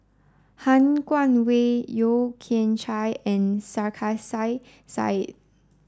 Han Guangwei Yeo Kian Chai and Sarkasi Said